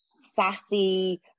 sassy